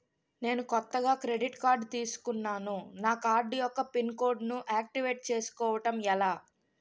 నేను కొత్తగా credit card తిస్కున్నా నా కార్డ్ యెక్క పిన్ కోడ్ ను ఆక్టివేట్ చేసుకోవటం ఎలా?